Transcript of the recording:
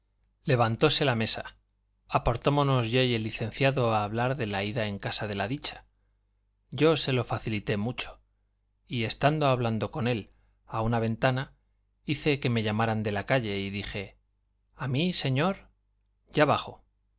mendrugos levantóse la mesa apartámonos yo y el licenciado a hablar de la ida en casa de la dicha yo se lo facilité mucho y estando hablando con él a una ventana hice que me llamaban de la calle y dije a mí señor ya bajo